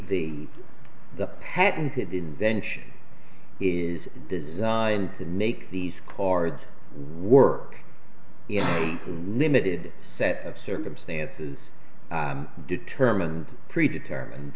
y the patented invention is designed to make these cards work in a limited set of circumstances determined pre determined